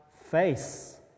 face